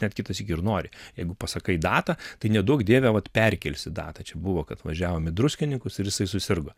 net kitąsyk ir nori jeigu pasakai datą tai neduok dieve vat perkelsi datą čia buvo kad važiavom į druskininkus ir jisai susirgo